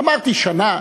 אמרתי: שנה,